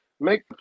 make